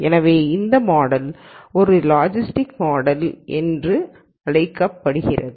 எனவே இந்த மாடல் ஒரு லாக்கிட் மாடல் என்று அழைக்கப்படுகிறது